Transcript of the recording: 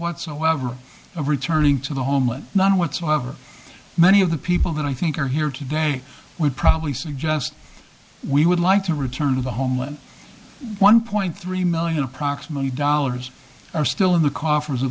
whatsoever of returning to the homeland none whatsoever many of the people that i think are here today would probably suggest we would like to return to the homeland one point three million approximately dollars are still in the coffers of